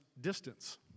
distance